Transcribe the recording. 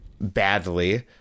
badly